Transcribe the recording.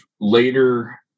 later